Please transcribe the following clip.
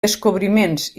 descobriments